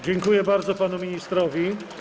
Dziękuję bardzo panu ministrowi.